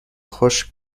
خشک